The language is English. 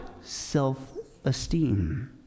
Self-esteem